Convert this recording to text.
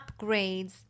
upgrades